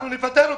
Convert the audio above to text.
אנחנו נפטר אותן.